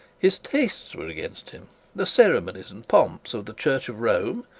his tastes were against him the ceremonies and pomps of the church of rome,